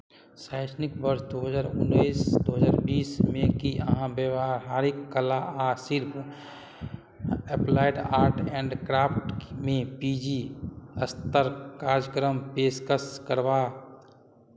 शैक्षणिक बर्ष दू हजार उन्नैस दू हजार बीसमे की अहाँ व्यावहारिक कला आ शिल्प एप्लाइड आर्ट एण्ड क्राफ्टमे पी जी स्तर कार्यक्रम पेशकश करबा